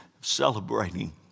celebrating